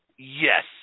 Yes